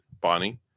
Bonnie